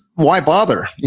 why bother?